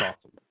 awesome